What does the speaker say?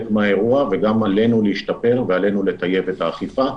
מהאירוע וגם עלינו להשתפר ועלינו לטייב את האכיפה,